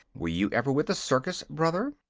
were you ever with a circus, brother?